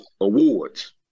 awards